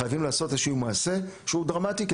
אז חייבים לעשות איזשהו מעשה שהוא דרמטי,